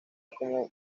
como